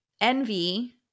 Envy